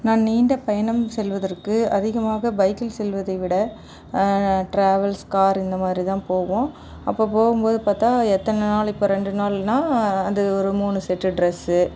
நான் நீண்ட பயணம் செல்வதற்கு அதிகமாக பைக்கில் செல்வதை விட ட்ராவல்ஸ் கார் இந்த மாதிரிதான் போவோம் அப்போ போகும் போது பார்த்தா எத்தனை நாள் இப்போ ரெண்டு நாள்னால் அது ஒரு மூணு செட் ட்ரெஸ்சு